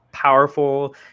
powerful